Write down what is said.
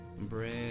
bread